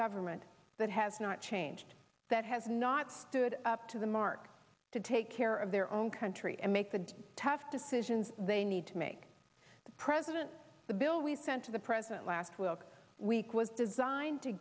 government that has not changed that has not stood up to the mark to take care of their own country and make the tough decisions they need to make the president the bill we sent to the president last will week was designed to